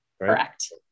Correct